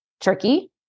tricky